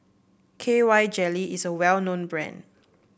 K Y Jelly is a well known brand